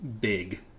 big